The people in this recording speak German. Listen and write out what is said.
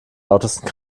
lautesten